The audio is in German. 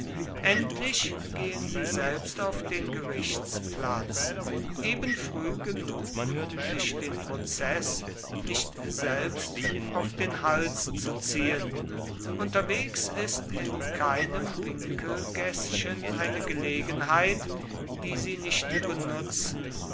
endlich gehen sie selbst auf den gerichtsplatz eben früh genug um sich den prozeß nicht selbst auf den hals zu ziehen unterwegs ist in keinem winkelgäßchen eine gelegenheit die sie nicht benutzen